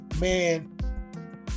man